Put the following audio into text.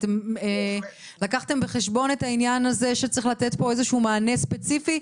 לקחתם בחשבון שצריך לתת פה מענה ספציפי,